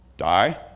die